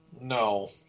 no